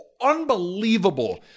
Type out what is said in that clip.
unbelievable